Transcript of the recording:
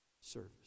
service